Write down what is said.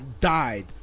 died